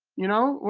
you know?